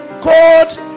God